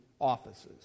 offices